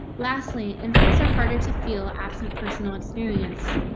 lastly, impacts are harder to feel absent personal experience,